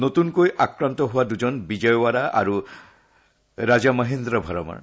নতুনকৈ আক্ৰান্ত হোৱা দুজন বিজয়ৱাৰা আৰু ৰাজামহেন্দ্ৰ ভৰমৰ